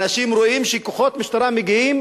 אנשים רואים שכוחות משטרה מגיעים